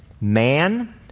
man